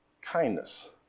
kindness